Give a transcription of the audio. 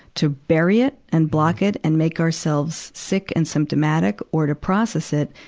to bury it and block it and make ourselves sick and symptomatic, or to process it,